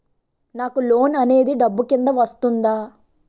నాకు లోన్ అనేది డబ్బు కిందా వస్తుందా?